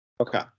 Okay